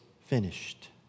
finished